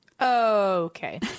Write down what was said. Okay